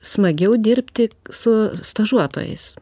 smagiau dirbti su stažuotojais